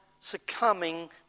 succumbing